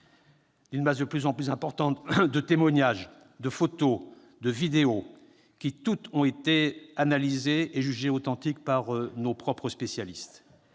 je parle de la France -de témoignages, de photos, de vidéos qui, toutes, ont été analysées et jugées authentiques par nos propres spécialistes.